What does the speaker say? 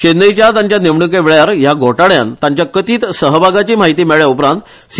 चैनयत्या तांच्या नेमणुकेवेळार ह्या घोटाळ्यांत तांच्या कथीत सहभागाची म्हायती मेळ्ळया उपरांत सि